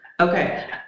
Okay